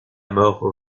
mort